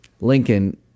lincoln